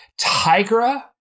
Tigra